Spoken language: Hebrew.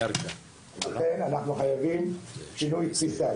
אנחנו חייבים שינוי תפיסה.